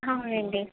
అవునండి